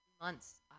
months